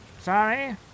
Sorry